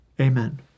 amen